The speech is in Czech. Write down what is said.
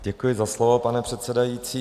Děkuji za slovo, pane předsedající.